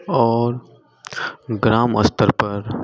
और ग्राम स्तर पर